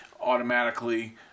automatically